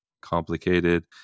complicated